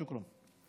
שוכרן.